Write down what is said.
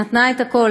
נתנה את הכול.